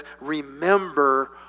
remember